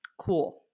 Cool